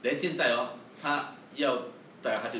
then 现在 orh 她要带她就